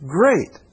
great